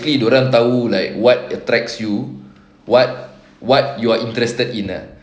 dorang tahu like what attracts you what what you're interested in uh